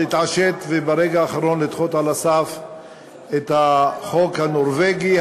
להתעשת וברגע האחרון לדחות על הסף את החוק הנורבגי,